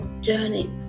journey